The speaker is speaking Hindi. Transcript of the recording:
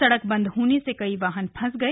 सड़क बंद होने से कई वाहन फंस गए